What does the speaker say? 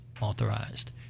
authorized